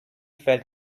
felt